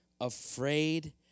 Afraid